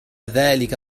ذلك